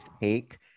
take